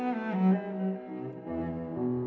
and then